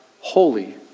holy